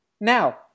Now